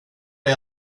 dig